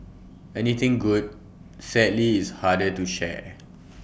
anything good sadly is harder to share